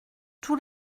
tous